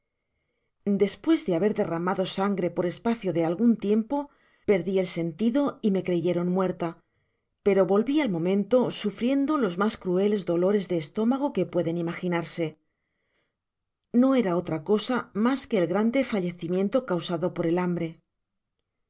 despues de haber derramado sangre por espacio de algun tiempo perdi el sentido y me creyeron muerta pero volvi al momento sufriendo los mas crueles dolores de estómago que pueden imaginarse no era otra cosa mas que el grande fallecimiento causado por el hambre